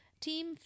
Team